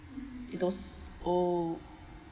in those oh